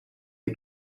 die